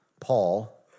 Paul